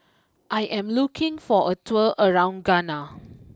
I am looking for a tour around Ghana